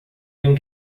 dem